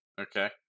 Okay